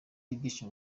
ibyishimo